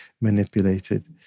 manipulated